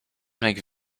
make